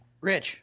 Rich